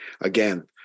Again